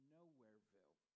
Nowhereville